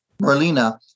Marlena